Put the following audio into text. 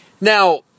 Now